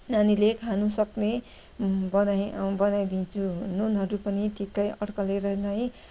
नानीले खानु सक्ने बनाई बनाई दिन्छु नुनहरू पनि ठिक्कै अडकलेर नै